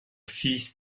fils